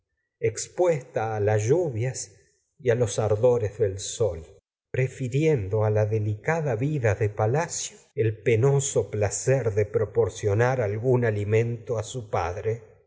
expuesta sol las a los del prefiriendo de a la deli vida de palacio a su el penoso placer hija proporcionar sin que lo a algún alimento los padre